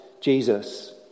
Jesus